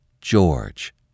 George